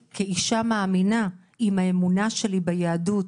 כאישה מאמינה עם האמונה שלי ביהדות